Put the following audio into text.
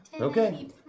okay